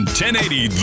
1080